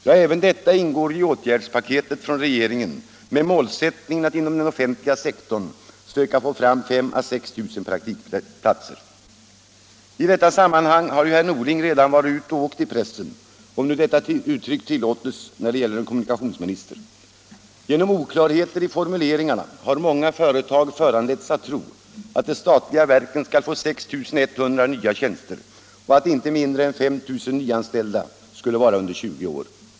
Ja, även detta ingår ju i åtgärdspaketet från regeringen med målsättningen att inom den offentliga sektorn söka få fram 5 000 å 6 000 praktikplatser. I detta sammanhang har herr Norling redan varit ute och ”åkt” i pressen, om nu detta uttryck tillåts när det gäller en kommunikationsminister. Genom oklarheter i formuleringarna har många förletts att tro att de statliga verken skall få 6 100 nya tjänster och att inte mindre än 5 000 nyanställda skulle vara under 20 år.